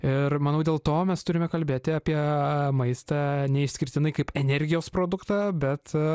ir manau dėl to mes turime kalbėti apie maistą neišskirtinai kaip energijos produktą bet